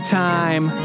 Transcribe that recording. time